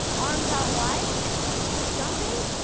arms out wide and jumping.